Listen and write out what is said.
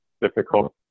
difficult